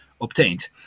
obtained